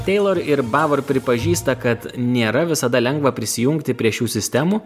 teilor ir bavor pripažįsta kad nėra visada lengva prisijungti prie šių sistemų